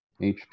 HP